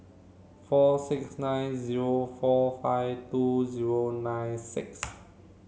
four six nine zero four five two zero nine six